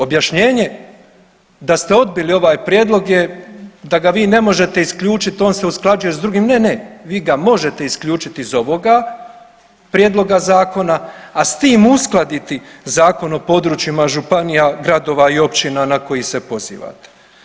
Objašnjenje da ste odbili ovaj prijedlog je da ga vi ne možete isključit, on se usklađuje s drugim, ne, ne, vi ga možete isključiti iz ovoga prijedloga zakona, a s tim uskladiti Zakon o područjima županija, gradova i općina ne koji se pozivate.